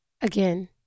again